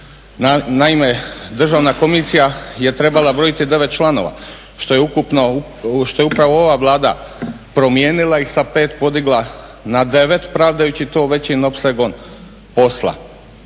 Naime, državna komisija je trebala brojiti 9 članova što je upravo ova Vlada promijenila i sa 5 podigla na 9 pravdajući to većim opsegom posla.